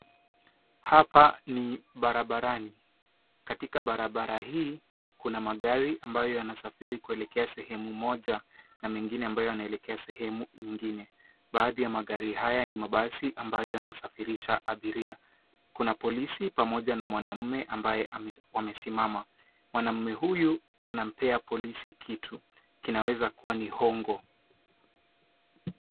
Hapa ni barabarani katika barabara hii kuna magari ambayo yanasafiri kuelekea sehemu moja na mengine ambayo yanaelekea sehemu ingine. Baadhi ya magari haya ni basi ambayo yanasafirisha abiria. Kuna polisi pamoja na mwanume ambaye amesimama, mwanume huyu anampea polisi kitu, kinaweza kuwa ni hongo.